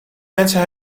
mensen